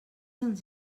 ens